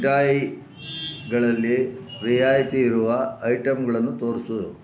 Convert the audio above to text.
ಮಿಠಾಯಿಗಳಲ್ಲಿ ರಿಯಾಯಿತಿಯಿರುವ ಐಟಮ್ಗಳನ್ನು ತೋರಿಸು